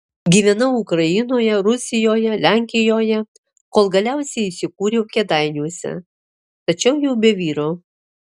gyvenau ukrainoje rusijoje lenkijoje kol galiausiai įsikūriau kėdainiuose tačiau jau be vyro